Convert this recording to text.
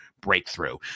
breakthrough